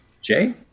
Jay